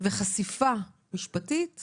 ולהביא לחשיפה משפטית